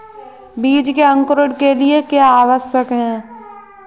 बीज के अंकुरण के लिए क्या आवश्यक है?